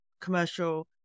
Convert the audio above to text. commercial